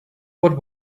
what